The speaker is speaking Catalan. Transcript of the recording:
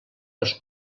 els